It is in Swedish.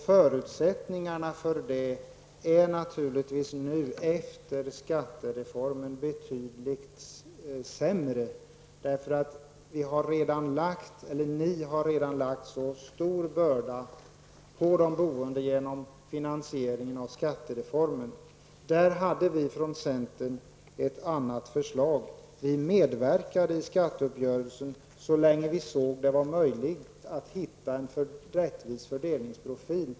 Förutsättningarna för detta är naturligtvis betydligt sämre nu efter skattereformen, eftersom ni redan har lagt så stora bördor på de boende genom finansieringen av skattereformen. Där hade centerpartiet ett annat förslag. Vi medverkade i skatteuppgörelsen så länge vi såg att det fanns en möjlighet att hitta en rättvis fördelningsprofil.